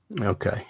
Okay